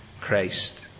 Christ